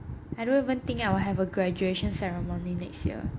I don't even think I'll have a graduation ceremony next year